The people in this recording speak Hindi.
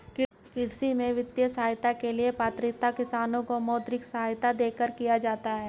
कृषि में वित्तीय सहायता के लिए पात्रता किसानों को मौद्रिक सहायता देकर किया जाता है